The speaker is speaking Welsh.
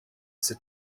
sut